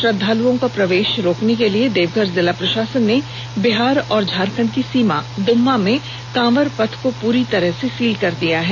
श्रद्वालुओं का प्रवेश रोकने के लिए देवघर जिला प्रशासन ने बिहार और झारखंड की सीमा दुम्मा में कांवर पथ को पूरी तरह से सील कर दिया है